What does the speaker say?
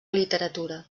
literatura